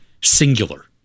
Singular